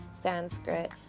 Sanskrit